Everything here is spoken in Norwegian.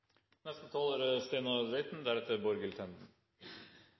Neste taler er